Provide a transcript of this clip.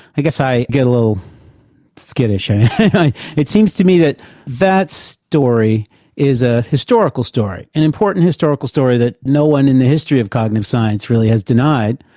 i guess i get a little skittish. and it seems to me that that story is a historical story an important historical story that no one in the history of cognitive science really has denied,